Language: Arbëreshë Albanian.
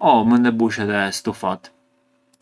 o mënd e bush stufat.